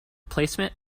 placement